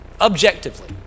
Objectively